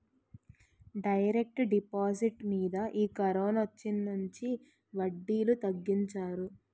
direct deposit మీద ఈ కరోనొచ్చినుంచి వడ్డీలు తగ్గించారు